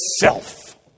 self